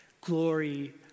glory